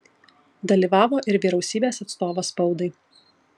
dalyvavo ir vyriausybės atstovas spaudai